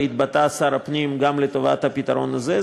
וגם שר הפנים התבטא לטובת הפתרון הזה,